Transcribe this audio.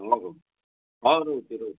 ହେଉ ହେଉ ହେଉ ରହୁଛି ରହୁଛି